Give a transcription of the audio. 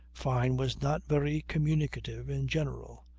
fyne was not very communicative in general,